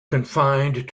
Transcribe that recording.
confined